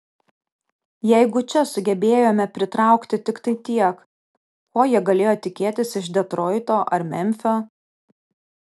jeigu čia sugebėjome pritraukti tiktai tiek ko jie galėjo tikėtis iš detroito ar memfio